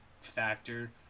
factor